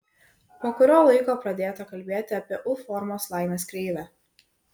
po kurio laiko pradėta kalbėti apie u formos laimės kreivę